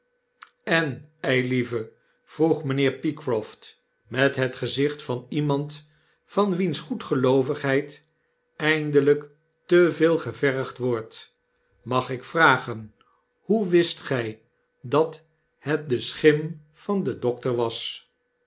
en eilieve vroeg mynheer pycroft met het gezicht van iemand van wiens goedgeloovigheid eindelyk te veel gevergd wordt mag ik vragen hoe wist gy dat het de schim van den dokter was